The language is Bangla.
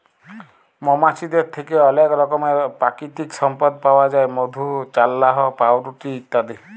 মমাছিদের থ্যাকে অলেক রকমের পাকিতিক সম্পদ পাউয়া যায় মধু, চাল্লাহ, পাউরুটি ইত্যাদি